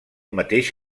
mateix